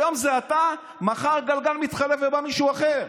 היום זה אתה, מחר, הגלגל מתחלף ובא מישהו אחר,